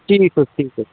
ٹھیٖک حظ ٹھیٖک حظ